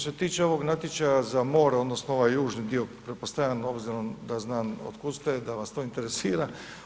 Što se tiče ovog natječaja za more odnosno ovaj južni dio pretpostavljam s obzirom da znam od kuda ste da vas to interesira.